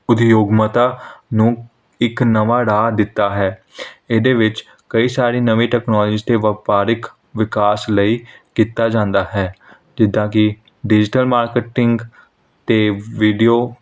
ਉਦਯੋਗਮਤਾ ਨੂੰ ਇੱਕ ਨਵਾਂ ਰਾਹ ਦਿੱਤਾ ਹੈ ਇਹਦੇ ਵਿੱਚ ਕਈ ਸਾਰੀ ਨਵੀਂ ਟੈਕਨੋਲੋਜੀ ਅਤੇ ਵਪਾਰਿਕ ਵਿਕਾਸ ਲਈ ਕੀਤਾ ਜਾਂਦਾ ਹੈ ਜਿੱਦਾਂ ਕਿ ਡਿਜੀਟਲ ਮਾਰਕਟਿੰਗ ਅਤੇ ਵੀਡੀਓ